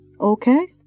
Okay